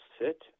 sit